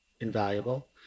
invaluable